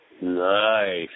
Nice